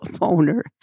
owner